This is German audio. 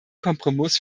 kompromiss